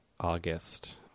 August